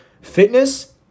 fitness